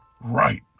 Right